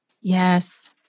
Yes